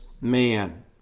man